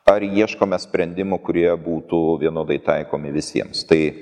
ar ieškome sprendimų kurie būtų vienodai taikomi visiems tai